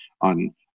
on